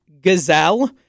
Gazelle